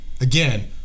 Again